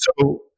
So-